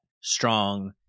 strong